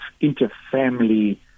inter-family